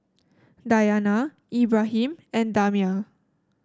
Dayana Ibrahim and Damia